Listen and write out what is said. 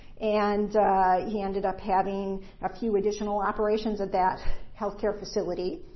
and he ended up having a few additional operations at that healthcare facility.